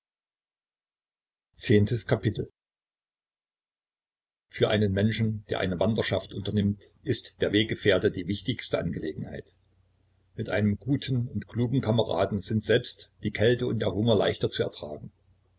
für einen menschen der eine wanderschaft unternimmt ist der weggefährte die wichtigste angelegenheit mit einem guten und klugen kameraden sind selbst die kälte und der hunger leichter zu ertragen